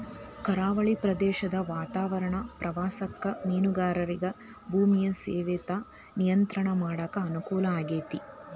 ಕರಾವಳಿ ಪ್ರದೇಶದ ವಾತಾವರಣ ಪ್ರವಾಸಕ್ಕ ಮೇನುಗಾರಿಕೆಗ ಭೂಮಿಯ ಸವೆತ ನಿಯಂತ್ರಣ ಮಾಡಕ್ ಅನುಕೂಲ ಆಗೇತಿ